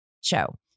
show